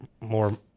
more –